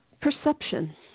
Perception